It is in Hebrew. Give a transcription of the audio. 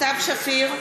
(קוראת בשמות חברי הכנסת) סתיו שפיר,